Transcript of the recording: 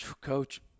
coach